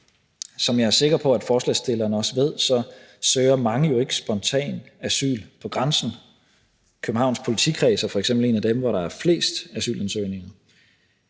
Som jeg er sikker på at forslagsstillerne også ved, søger mange jo ikke spontant asyl på grænsen. Københavns Politikreds er f.eks. en af dem, hvor der er flest asylansøgninger.